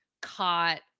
caught